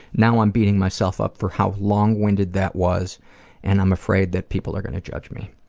now i'm beating myself up for how long-winded that was and i'm afraid that people are gonna judge me.